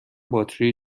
باتری